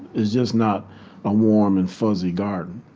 it's just not a warm and fuzzy garden,